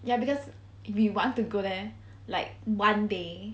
ya because we want to go there like one day